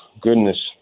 Goodness